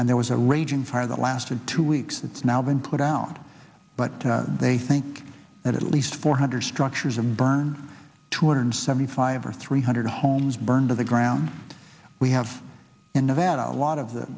and there was a raging fire that lasted two weeks it's now been put out but they think that at least four hundred structures have burned two hundred seventy five or three hundred homes burned to the ground we have in nevada a lot of the